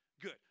Good